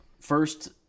First